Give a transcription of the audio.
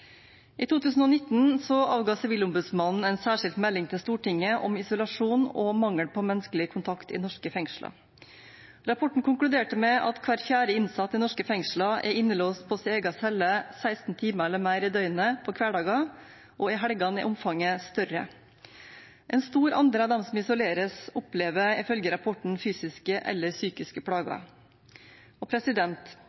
I 2019 avga Sivilombudsmannen en særskilt melding til Stortinget om isolasjon og mangel på menneskelig kontakt i norske fengsler. Rapporten konkluderte med at hver fjerde innsatt i norske fengsler er innelåst på sin egen celle 16 timer eller mer i døgnet på hverdager, og i helgene er omfanget større. En stor andel av dem som isoleres, opplever ifølge rapporten fysiske eller psykiske